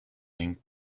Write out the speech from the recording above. link